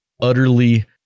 utterly